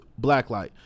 Blacklight